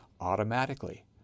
automatically